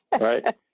right